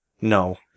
no